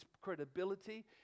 credibility